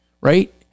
right